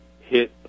hit